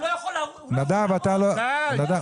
תמשיך